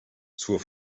zur